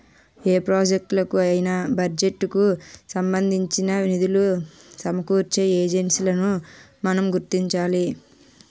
ఏ ప్రాజెక్టులకు అయినా బడ్జెట్ కు సంబంధించినంత నిధులు సమకూర్చే ఏజెన్సీలను మనం గుర్తించాలి